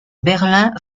berlin